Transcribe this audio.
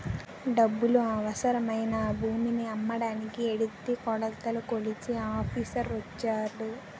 డబ్బులు అవసరమై నా భూమిని అమ్మకానికి ఎడితే కొలతలు కొలిచే ఆఫీసర్ వచ్చాడు